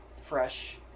fresh